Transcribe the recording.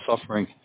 suffering